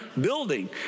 building